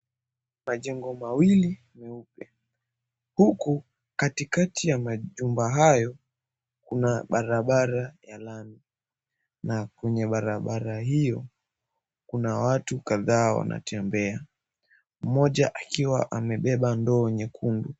Majengo mawili meupe. Huku katikati ya majumba hayo, kuna barabara ya lami na kwenye barabara hiyo, kuna watu kadhaa wanatembea. Moja akiwa amebeba ndoo nyekundu.